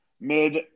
mid